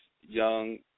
young